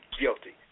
guilty